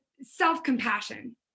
self-compassion